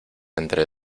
entre